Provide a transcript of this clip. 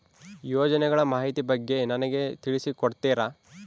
ಯೋಜನೆಗಳ ಮಾಹಿತಿ ಬಗ್ಗೆ ನನಗೆ ತಿಳಿಸಿ ಕೊಡ್ತೇರಾ?